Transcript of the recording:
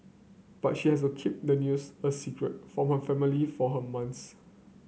but she has to keep the news a secret from her family for her months